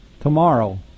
tomorrow